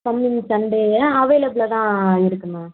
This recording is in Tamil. கம்மிங் சண்டேயா அவைலபில்லாக தான் இருக்குமா